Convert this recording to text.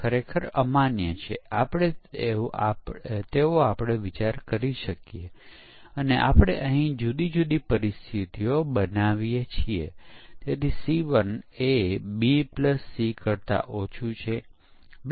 validation આવશ્યકરૂપે system પરીક્ષણ છે જ્યાં આપણે એ પરીક્ષણ કરીએ છીએ કે સોફ્ટવેર એ આપેલ આવશ્યકતાની સાથે મેળ ખાય છે કે કેમ